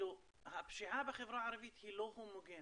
הפשיעה בחברה הערבית היא לא הומוגנית,